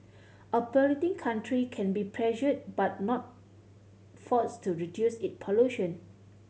a polluting country can be pressured but not forced to reduce it pollution